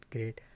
Great